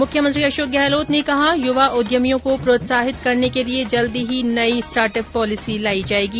मुख्यमंत्री अशोक गहलोत ने कहा युवा उद्यमियों को प्रोत्साहित करने के लिये जल्दी ही नई स्टार्टअप पोलिसी लाई जायेगी